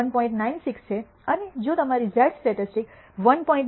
96 છે અને જો તમારી ઝેડ સ્ટેટિસ્ટિક્સ 1